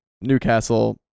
Newcastle